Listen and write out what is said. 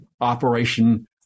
operation